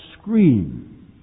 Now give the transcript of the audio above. scream